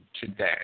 today